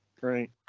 Right